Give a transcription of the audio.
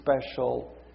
special